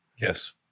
Yes